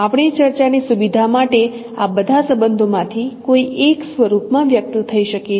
આપણી ચર્ચાની સુવિધા માટે આ બધા સંબંધો માંથી કોઈ એક સ્વરૂપમાં વ્યક્ત થઈ શકે છે